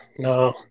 No